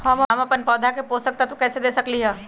हम अपन पौधा के पोषक तत्व कैसे दे सकली ह?